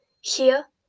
Here